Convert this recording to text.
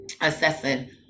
Assessing